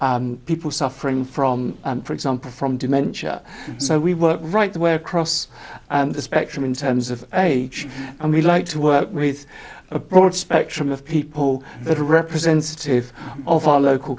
people suffering from for example from dementia so we were right the way across the spectrum in terms of and we like to work with a broad spectrum of people that are representative of our local